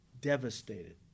devastated